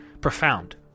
profound